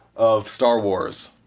of star wars.